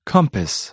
Compass